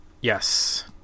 Yes